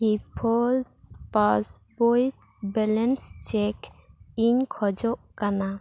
E ᱯᱷᱳᱡᱽ ᱯᱟᱥ ᱵᱳᱭ ᱵᱮᱞᱮᱱᱥ ᱪᱮᱠ ᱤᱧ ᱠᱷᱚᱡᱚᱜ ᱠᱟᱱᱟ